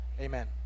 Amen